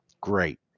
great